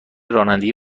رانندگی